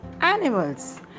animals